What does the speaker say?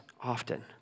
often